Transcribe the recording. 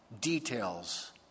details